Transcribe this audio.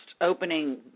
opening